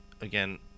again